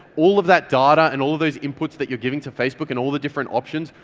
all of that data and all of those inputs that you're giving to facebook and all the different options,